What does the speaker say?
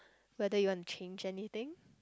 whether you want to change anything